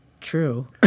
true